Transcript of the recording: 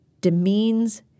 demeans